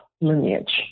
lineage